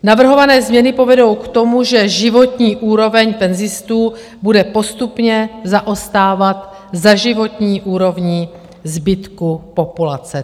Navrhované změny povedou k tomu, že životní úroveň penzistů bude postupně zaostávat za životní úrovní zbytku populace.